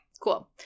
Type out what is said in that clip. cool